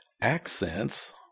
accents